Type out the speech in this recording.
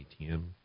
ATM